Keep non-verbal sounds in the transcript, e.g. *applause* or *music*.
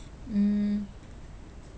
mm *noise*